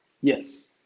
yes